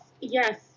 yes